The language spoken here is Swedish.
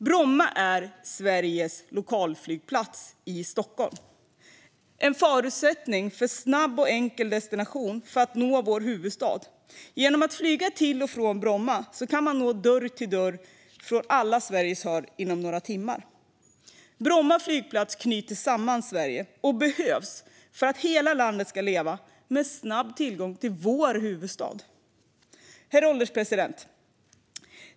Bromma är Sveriges lokalflygplats i Stockholm, en förutsättning för att snabbt och enkelt nå vår huvudstad. Genom att flyga till och från Bromma kan man från alla Sveriges hörn ta sig från dörr till dörr på några timmar. Bromma flygplats knyter samman Sverige och behövs för att hela landet ska leva med snabb tillgång till vår huvudstad. Herr ålderspresident!